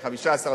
ה-15,